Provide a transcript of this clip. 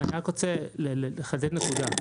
אני רק רוצה לחזק נקודה.